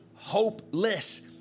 hopeless